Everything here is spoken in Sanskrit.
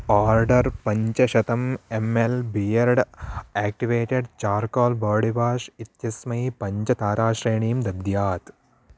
आर्डर् पञ्चशतम् M L beard activated charcoal body wash इत्यस्मै पञ्चताराश्रेणीं दद्यात्